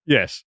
Yes